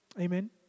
Amen